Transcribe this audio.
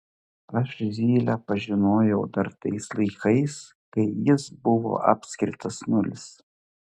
aš zylę pažinojau dar tais laikais kai jis buvo apskritas nulis